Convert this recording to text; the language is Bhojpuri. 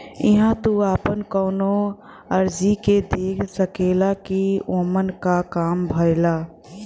इहां तू आपन कउनो अर्जी के देख सकेला कि ओमन क काम भयल